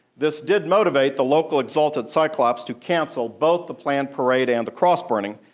this did motivate the local exalted cyclops to cancel both the planned parade and the cross burning,